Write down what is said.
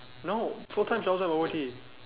no full time also got O_T